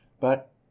But